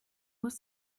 muss